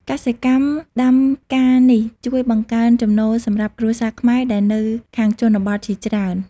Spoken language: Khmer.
កសិកម្មដាំផ្កានេះជួយបង្កើនចំណូលសម្រាប់គ្រួសារខ្មែរដែលនៅខាងជនបទជាច្រើន។